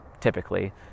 Typically